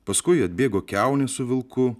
paskui atbėgo kiaunė su vilku